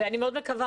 אני מאוד מקווה,